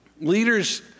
leaders